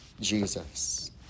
Jesus